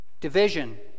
Division